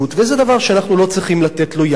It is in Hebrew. וזה דבר שאנחנו לא צריכים לתת לו יד.